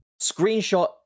screenshot